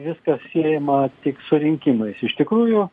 viskas siejama tik su rinkimais iš tikrųjų